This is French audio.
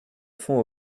font